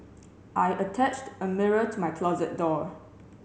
I attached a mirror to my closet door